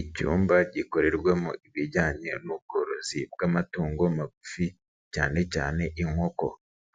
Icyumba gikorerwamo ibijyanye n'ubworozi bw'amatungo magufi cyane cyane inkoko.